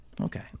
Okay